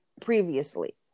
previously